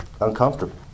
uncomfortable